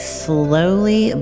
slowly